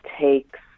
takes